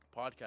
podcast